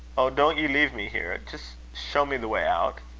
oh! don't ye leave me here. just show me the way out.